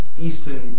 Eastern